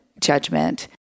judgment